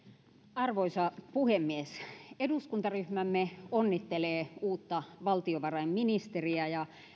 arvoisa puhemies eduskuntaryhmämme onnittelee uutta valtiovarainministeriä ja